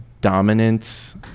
dominance